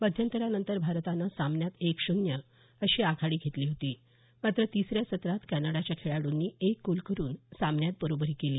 मध्यंतरानंतर भारतानं सामन्यात एक शून्य अशी आघाडी घेतली होती मात्र तिसऱ्या सत्रात कॅनडाच्या खेळाडूंनी एक गोल करून सामन्यात बरोबरी केली